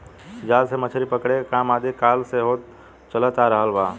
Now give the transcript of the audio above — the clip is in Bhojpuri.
जाल से मछरी पकड़े के काम आदि काल से होत चलत आ रहल बा